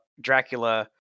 Dracula